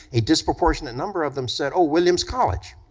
a disproportionate number of them said, oh, williams college.